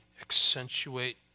accentuate